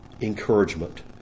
encouragement